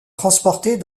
transportés